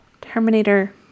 Terminator